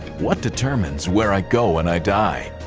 what determines where i go when i die?